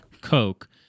Coke